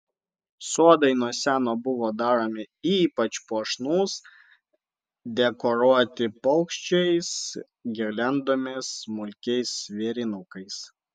sodai nuo seno buvo daromi ypač puošnūs dekoruoti paukščiais girliandomis smulkiais vėrinukais